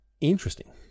interesting